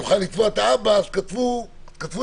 עיקרי החוק כאן,